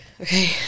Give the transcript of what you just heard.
Okay